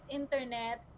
internet